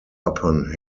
upon